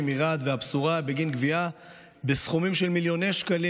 מרהט והפזורה" בגין גבייה בסכומים של מיליוני שקלים